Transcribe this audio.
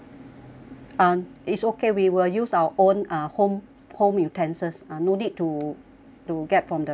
uh it's okay we will use our own uh home home utensils uh no need to to get from the restaurant